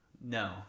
No